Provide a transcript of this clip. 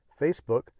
Facebook